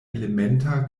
elementa